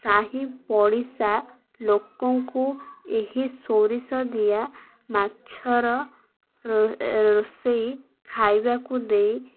ସାହି ପଡ଼ିଶା ଲୋକଙ୍କୁ ଏହି ସୋରିଷ ଦିଆ ମାଛର ରୋଷେଇ ଖାଇବାକୁ ଦେଇ